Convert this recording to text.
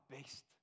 best